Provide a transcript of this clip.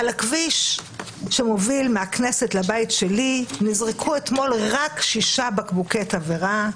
על הכביש שמוביל מהכנסת לבית שלי נזרקו אתמול רק שישה בקבוקי תבערה,